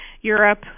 Europe